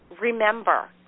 remember